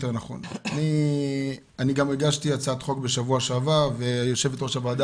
אני גם הגשתי הצעת חוק בשבוע שעבר ויו"ר הוועדה